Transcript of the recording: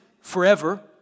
forever